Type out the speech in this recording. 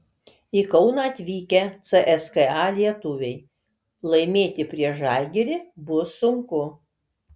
į kauną atvykę cska lietuviai laimėti prieš žalgirį bus sunku